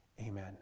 Amen